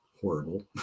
horrible